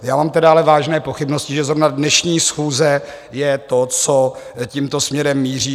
Já mám tedy ale vážné pochybnosti, že zrovna dnešní schůze je to, co tímto směrem míří.